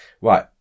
Right